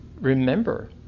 remember